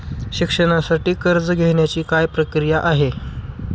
शिक्षणासाठी कर्ज घेण्याची काय प्रक्रिया आहे?